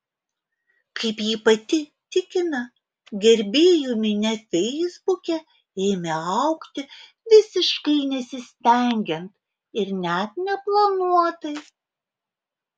kaip ji pati tikina gerbėjų minia feisbuke ėmė augti visiškai nesistengiant ir net neplanuotai